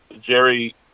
Jerry